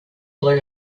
blew